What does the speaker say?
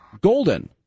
Golden